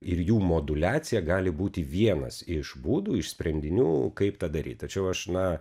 ir jų moduliacija gali būti vienas iš būdų iš sprendinių kaip tą daryt tačiau aš na